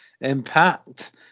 Impact